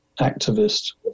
activist